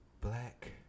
black